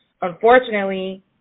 Unfortunately